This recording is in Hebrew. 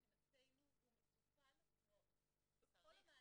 מבחינתנו הוא מטופל בכל המענים,